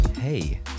Hey